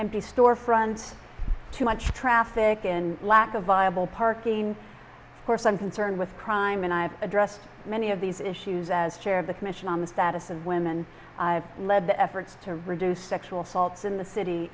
the store fronts too much traffic in lack of viable parking course i'm concerned with crime and i've addressed many of these issues as chair of the commission on the status of women i've led the efforts to reduce sexual assaults in the city